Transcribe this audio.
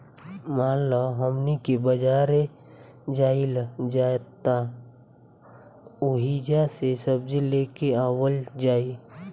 मान ल हमनी के बजारे जाइल जाइत ओहिजा से सब्जी लेके आवल जाई